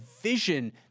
vision